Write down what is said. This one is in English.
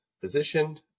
position